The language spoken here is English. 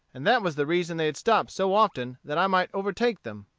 and that was the reason they had stopped so often that i might overtake them.